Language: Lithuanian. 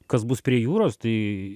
kas bus prie jūros tai